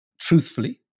truthfully